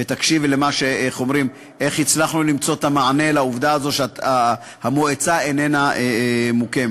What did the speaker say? ותקשיב איך הצלחנו למצוא את המענה לעובדה הזאת שהמועצה איננה מוקמת.